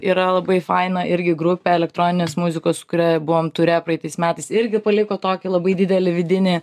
yra labai faina irgi grupė elektroninės muzikos kuria buvom ture praeitais metais irgi paliko tokį labai didelį vidinį